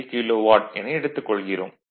153 kilowatt என எடுத்துக் கொள்கிறோம்